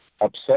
upset